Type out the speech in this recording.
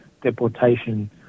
deportation